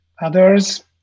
others